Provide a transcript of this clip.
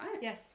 yes